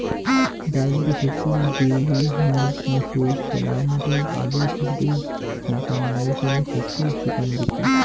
ডাইল বিশেষ করি বিউলি, মুগ, মুসুর, ছোলা, মটর আদি শুটির নাকান মৌসুমী শস্যের শুকান বীচি